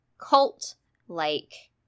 cult-like